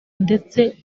ndetse